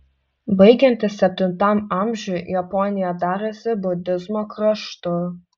baigiantis septintam amžiui japonija darėsi budizmo kraštu